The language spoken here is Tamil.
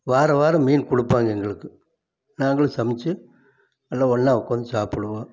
வாரம் வாரம் மீன் கொடுப்பாங்க எங்களுக்கு நாங்களும் சமைச்சி எல்லாம் ஒன்னாக உக்காந்து சாப்பிடுவோம்